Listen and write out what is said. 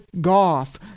Goff